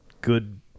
good